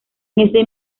ese